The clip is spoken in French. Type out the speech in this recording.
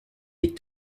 est